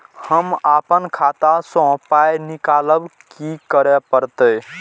हम आपन खाता स पाय निकालब की करे परतै?